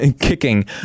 kicking